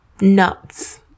nuts